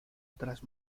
otras